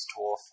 dwarf